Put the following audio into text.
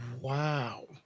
Wow